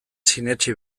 sinetsi